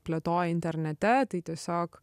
plėtoja internete tai tiesiog